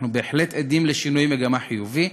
אנחנו בהחלט עדים לשינוי מגמה חיובי,